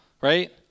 right